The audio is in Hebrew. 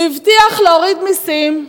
הוא הבטיח להוריד מסים.